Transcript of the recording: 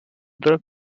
the